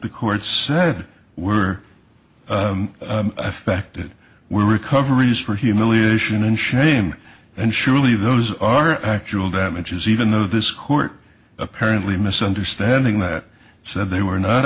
the court said were affected were recoveries from humiliation and shame and surely those are actual damages even though this court apparently misunderstanding that said they were not